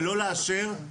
ולא לאשר,